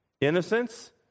Innocence